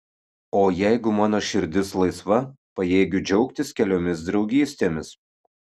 o jeigu mano širdis laisva pajėgiu džiaugtis keliomis draugystėmis